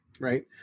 right